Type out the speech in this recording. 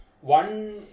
One